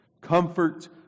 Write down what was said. Comfort